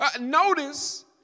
notice